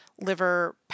liver